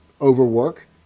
overwork